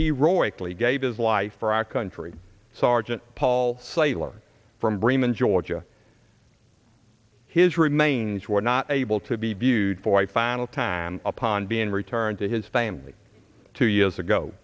royally gave his life for our country sergeant paul sailor from bremen georgia his remains were not able to be viewed for a final time upon being returned to his family two years ago